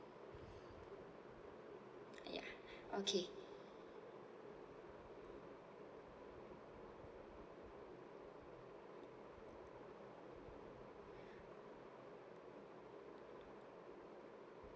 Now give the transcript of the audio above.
yeah okay